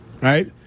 Right